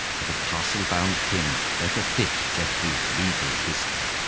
but a castle-bound king better fit geoffrey's regal history.